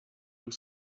look